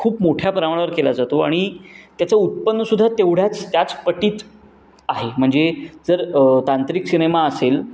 खूप मोठ्या प्रमाणावर केला जातो आणि त्याचं उत्पन्न सुद्धा तेवढ्याच त्याच पटीत आहे म्हणजे जर तांत्रिक सिनेमा असेल